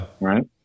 Right